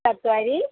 चत्वारि